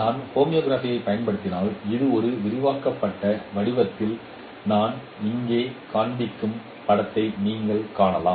நான் ஹோமோகிராஃபியைப் பயன்படுத்தினால் இது ஒரு விரிவாக்கப்பட்ட வடிவத்தில் நான் இங்கே காண்பிக்கும் படத்தை நீங்கள் காணலாம்